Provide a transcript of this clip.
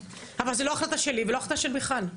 אבל זה לא החלטה שלי ולא החלטה של מיכל,